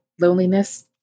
loneliness